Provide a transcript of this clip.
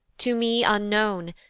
to me unknown,